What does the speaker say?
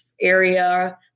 area